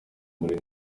muri